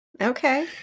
Okay